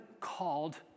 called